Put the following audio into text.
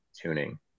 tuning